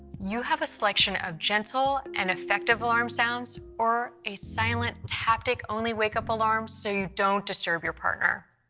you have a selection of gentle and effective alarm sounds, or a silent taptic-only wake-up alarm so you don't disturb your partner.